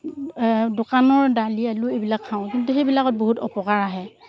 দোকানৰ দালি আলু এইবিলাক খাওঁ কিন্তু সেইবিলাকত বহুত অপকাৰ আহে